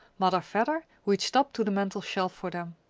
mother vedder reached up to the mantel shelf for them.